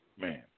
man